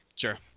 Sure